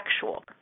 sexual